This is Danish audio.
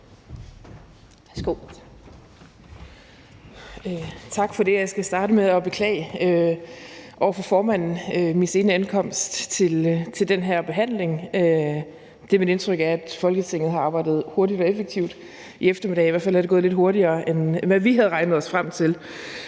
Tak for det, og jeg skal starte med over for formanden at beklage min sene ankomst til den her behandling. Det er mit indtryk, at Folketinget har arbejdet hurtigt og effektivt i eftermiddag. I hvert fald er det gået lidt hurtigere, end hvad vi havde regnet os frem til.